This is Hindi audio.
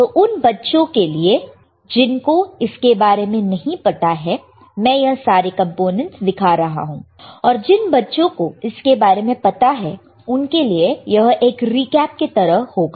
तो उन बच्चों के लिए जिनको इसके बारे में नहीं पता है मैं यह सारे कंपोनेंट्स दिखा रहा हूं और जिन बच्चों को इसके बारे में पता है उनके लिए यह एक रीकैप के तरह होगा